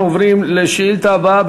אנחנו עוברים לשאילתה הבאה.